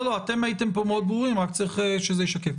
לא, אתם הייתם פה מאוד ברורים, רק צריך שזה ישקף.